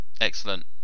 Excellent